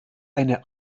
eine